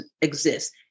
exist